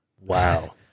Wow